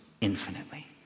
infinitely